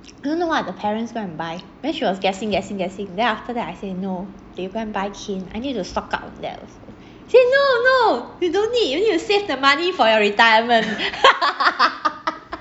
you know what the parents go and buy then she was guessing guessing guessing guessing then after that I say no they go and buy cane I need to stock up on that also then she say no no you don't need you need to save the money for your retirement